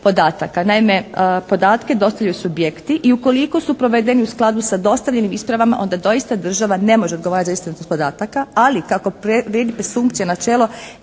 Naime podatke dostavljaju subjekti i ukoliko su provedeni u skladu sa dostavljenim ispravama onda doista država ne može odgovarati za istinitost podataka ali kako … /Ne razumije se./